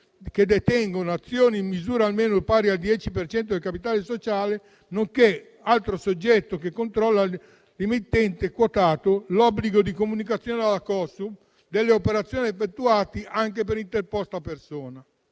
che detengono azioni in misura almeno pari al 10 per cento del capitale sociale, nonché altro soggetto che controlla l'emittente quotato, l'obbligo di comunicazione alla Consob delle operazioni effettuate anche per interposta persona.